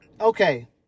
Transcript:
Okay